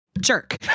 jerk